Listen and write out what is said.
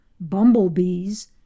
bumblebees